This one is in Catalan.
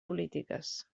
polítiques